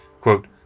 quote